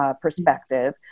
perspective